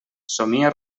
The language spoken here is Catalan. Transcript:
somia